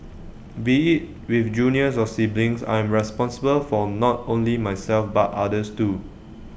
be IT with juniors or siblings I'm responsible for not only myself but others too